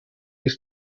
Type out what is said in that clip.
ist